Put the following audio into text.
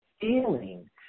feeling